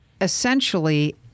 Essentially